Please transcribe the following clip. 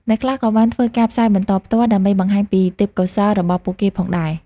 អ្នកខ្លះក៏បានធ្វើការផ្សាយបន្តផ្ទាល់ ដើម្បីបង្ហាញពីទេពកោសល្យរបស់ពួកគេផងដែរ។